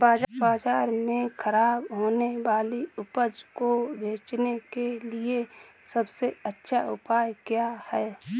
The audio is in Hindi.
बाज़ार में खराब होने वाली उपज को बेचने के लिए सबसे अच्छा उपाय क्या हैं?